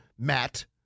Matt